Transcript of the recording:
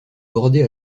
bordée